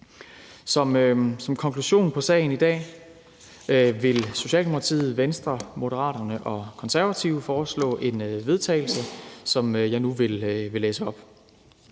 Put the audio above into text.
Som konklusion på sagen i dag vil Socialdemokratiet, Venstre, Moderaterne og Konservative fremsætte et forslag til vedtagelse, som jeg nu vil læse op: